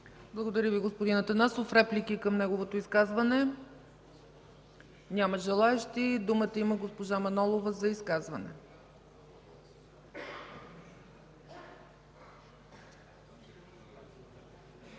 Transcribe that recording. Благодаря Ви, господин Атанасов. Реплики към неговото изказване? Няма желаещи. Думата има госпожа Манолова за изказване.